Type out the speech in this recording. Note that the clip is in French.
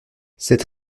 cette